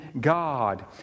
God